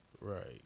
Right